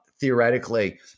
theoretically